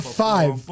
five